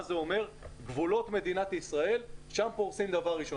זה אומר גבולות מדינת ישראל, שם פורסם דבר ראשון.